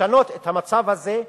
לשנות את המצב הזה,